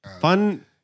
Fun